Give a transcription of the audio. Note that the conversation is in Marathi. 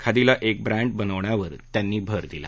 खादीला एक ब्रँड बनवण्यावर त्यांनी भर दिला